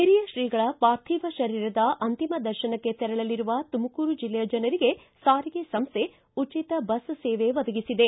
ಹಿರಿಯ ಶ್ರೀಗಳ ಪಾರ್ಥಿವ ಶರೀರದ ಅಂತಿಮ ದರ್ಶನಕ್ಕೆ ತೆರಳಲಿರುವ ತುಮಕೂರು ಜಿಲ್ಲೆಯ ಜನರಿಗೆ ಸಾರಿಗೆ ಸಂಸ್ಥೆ ಉಚಿತ ಬಸ್ ಸೇವೆ ಒದಗಿಸಲಿದೆ